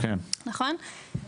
נכון.